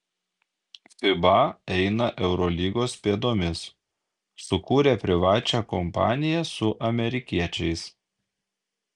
fiba eina eurolygos pėdomis sukūrė privačią kompaniją su amerikiečiais